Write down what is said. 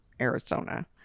Arizona